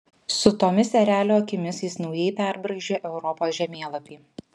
su tomis erelio akimis jis naujai perbraižė europos žemėlapį